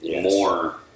more